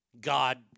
God